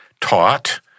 taught